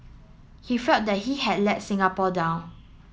he felt that he had let Singapore down